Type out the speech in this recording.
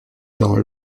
dans